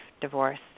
Divorce